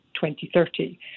2030